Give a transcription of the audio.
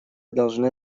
должны